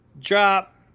Drop